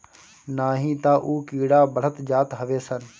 नाही तअ उ कीड़ा बढ़त जात हवे सन